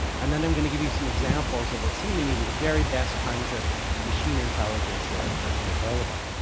and then i'm going to give you some examples of what seem to be the very best kinds of machine intelligence that are currently available.